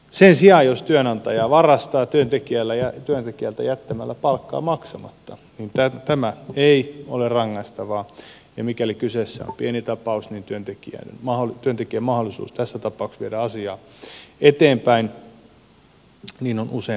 sen sijaan jos työnantaja varastaa työntekijältä jättämällä palkkaa maksamatta niin tämä ei ole rangaistavaa ja mikäli kyseessä on pieni tapaus niin työntekijän mahdollisuus tässä tapauksessa viedä asiaa eteenpäin on usein rajallinen